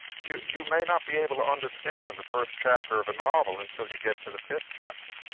you you may not be able to understand the first chapter of a novel until you get to the fifth chapter.